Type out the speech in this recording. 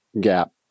gap